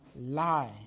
lie